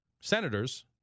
senators